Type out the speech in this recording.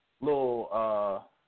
little